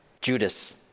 Judas